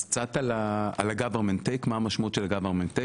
אז קצת על ה-Government take מה המשמעות של ה-Government take?